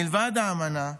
מלבד האמנה,